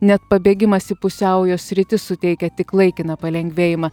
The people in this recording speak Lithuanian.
net pabėgimas į pusiaujo sritį suteikia tik laikiną palengvėjimą